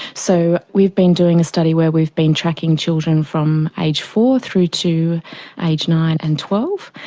so we've been doing a study where we've been tracking children from aged four through to aged nine and twelve,